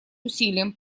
усилиям